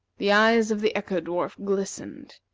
the eyes of the echo-dwarf glistened.